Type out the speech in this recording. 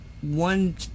one